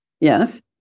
Yes